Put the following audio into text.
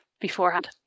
beforehand